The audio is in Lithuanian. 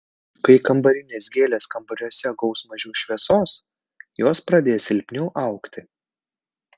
kai kambarinės gėlės kambariuose gaus mažiau šviesos jos pradės silpniau augti